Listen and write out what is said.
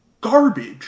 garbage